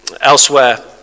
Elsewhere